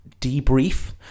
debrief